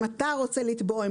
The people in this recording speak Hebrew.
אם אתה רוצה לתבוע,